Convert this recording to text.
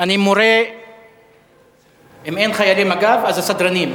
אם אין חיילים, אז הסדרנים.